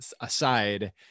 aside